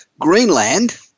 Greenland